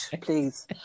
please